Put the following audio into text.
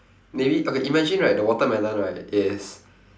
maybe okay imagine right the watermelon right is